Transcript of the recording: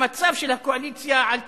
המצב של הקואליציה, על פניו,